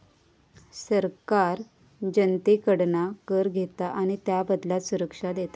सरकार जनतेकडना कर घेता आणि त्याबदल्यात सुरक्षा देता